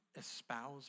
espouse